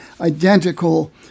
identical